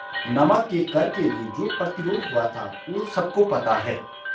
नमक के कर के लिए जो प्रतिरोध हुआ था वो सबको पता है